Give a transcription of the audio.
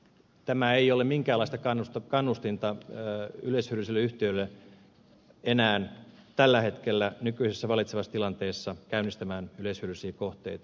tämä ei ole minkäänlainen kannustin yleishyödylliselle yhtiölle enää tällä hetkellä nykyisessä vallitsevassa tilanteessa käynnistämään yleishyödyllisiä kohteita